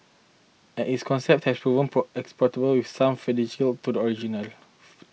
and it's concept that proven prop exportable with some fidelity to the original